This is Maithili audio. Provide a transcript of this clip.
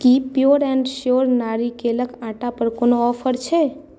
की प्योर एंड स्योर नारिकेलक आटा पर कोनो ऑफर छै